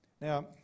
Now